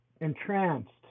entranced